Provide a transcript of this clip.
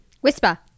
whisper